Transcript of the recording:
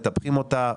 מטפחים אותה,